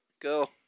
Go